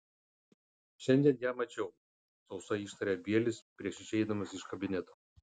šiandien ją mačiau sausai ištarė bielis prieš išeidamas iš kabineto